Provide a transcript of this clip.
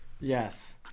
Yes